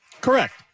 correct